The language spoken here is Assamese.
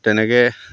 তেনেকৈ